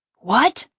what?